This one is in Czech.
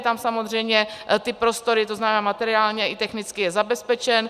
Tam samozřejmě prostory to znamená, materiálně i technicky je zabezpečen.